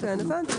הבנתי.